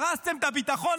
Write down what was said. הרסתם את הביטחון,